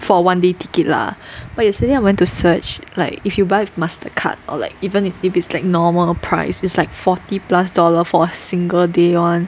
for one day ticket lah but yesterday I went to search like if you buy with mastercard or like even if if it's like normal price is like forty plus dollar for single day [one]